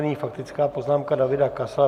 Nyní faktická poznámka Davida Kasala.